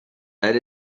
elle